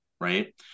right